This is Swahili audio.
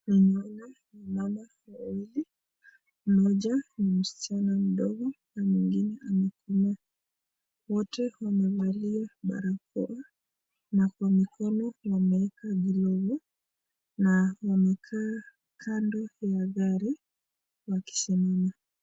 Tunaona wamama waiwili, mmoja ni msichana mdogo mwengine amekomaa, tunaona wpte wamevalia barakoa na kwa mikono wameeka gilovu na wamekaa kando ya gari wakisimama.